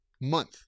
month